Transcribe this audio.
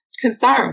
concern